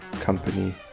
company